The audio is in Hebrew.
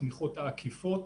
התמיכות העקיפות.